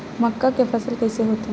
मक्का के फसल कइसे होथे?